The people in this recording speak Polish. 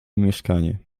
mieszkanie